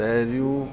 पहिरियों